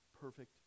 perfect